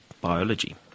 biology